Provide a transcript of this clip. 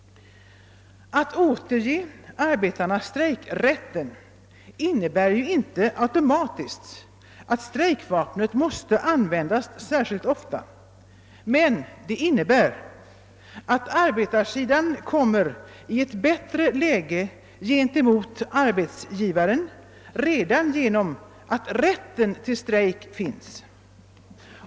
Att återge arbetarna strejkrätten innebär ju inte automatiskt ati strejkvapnet måste användas särskilt ofta, men det innebär att arbetarsidan kommer i ett bättre läge gentemot arbetsgivaren redan genom att rätten till strejk finns.